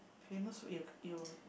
famous food you you